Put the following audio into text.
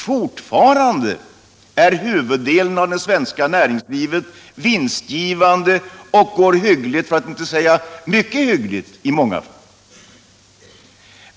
Fortfarande är huvuddelen av det svenska näringslivet vinstgivande och går hyggligt, för att inte säga mycket hyggligt i många fall.